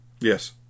Yes